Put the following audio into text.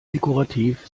dekorativ